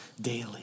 daily